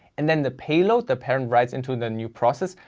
and then the payload the parent writes into the new process,